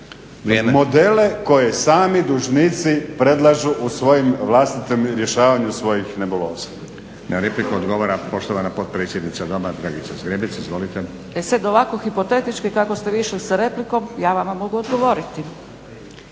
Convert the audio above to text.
modele koje sami dužnici predlažu u svojim vlastitim rješavanju svojih nebuloza.